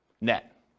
net